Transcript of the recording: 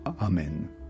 Amen